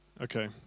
Okay